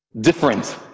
Different